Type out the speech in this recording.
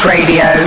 Radio